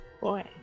boy